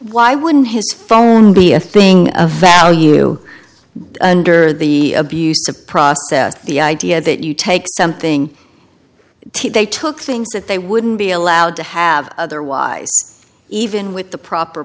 why wouldn't his phone be a thing of value under the abuse of process the idea that you take something t they took things that they wouldn't be allowed to have otherwise even with the proper